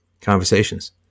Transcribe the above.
conversations